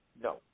no